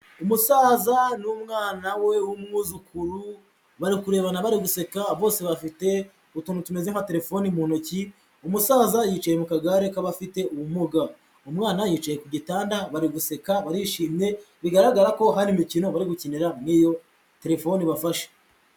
Umusaza n'umwana we w'umwuzukuru bari kurebana bari guseka bose bafite utuntu tumeze nka telefone mu ntoki, umusaza yicaye mu kagare k'abafite ubumuga, umwana yicaye ku gitanda bari guseka barishimye bigaragara ko hari imikino bari gukinira muri iyo telefone bafashe.